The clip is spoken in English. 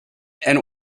and